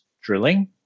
drilling